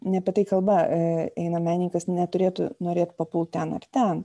ne apie tai kalba eina menininkas neturėtų norėt papulti ten ar ten